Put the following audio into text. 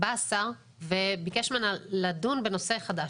בא השר וביקש ממנה לדון בנושא חדש.